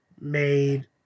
made